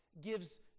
gives